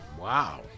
Wow